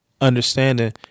understanding